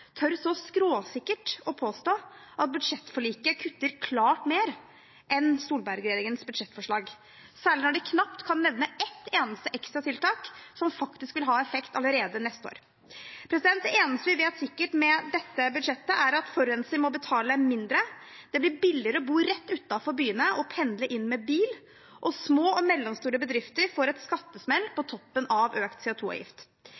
tør så skråsikkert å påstå at budsjettforliket kutter klart mer enn Solberg-regjeringens budsjettforslag – særlig når de knapt kan nevne ett eneste ekstra tiltak som faktisk vil ha effekt allerede neste år. Det eneste vi vet sikkert med dette budsjettet, er at forurenser må betale mindre, at det blir billigere å bo rett utenfor byene og pendle inn med bil, og at små og mellomstore bedrifter får en skattesmell